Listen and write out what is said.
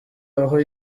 aho